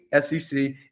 SEC